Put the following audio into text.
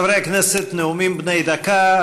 חברי הכנסת, נאומים בני דקה.